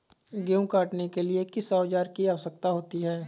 गेहूँ काटने के लिए किस औजार की आवश्यकता होती है?